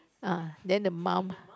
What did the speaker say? uh then the mom